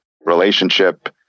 relationship